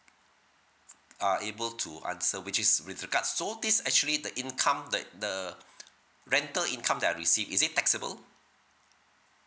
err able to answer which is with regards so this actually the income that the rental income that I receive is it taxable